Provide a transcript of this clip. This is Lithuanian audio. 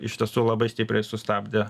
iš tiesų labai stipriai sustabdė